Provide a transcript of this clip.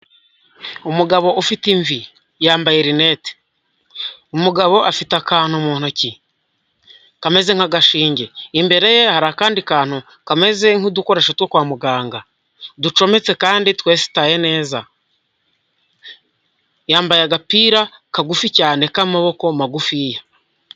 Umugabo ufite imvi yambaye rinete, umugabo afite akantu mu ntoki kameze nk'agashinge, imbere ye hari akandi kantu nk'udukoresho two kwa muganga ducometse kandi twesitaye neza, yambaye agapira kagufi cyane k'amaboko magufiya.